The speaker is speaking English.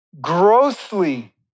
grossly